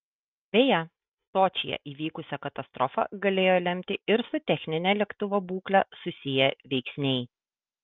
beje sočyje įvykusią katastrofą galėjo lemti ir su technine lėktuvo būkle susiję veiksniai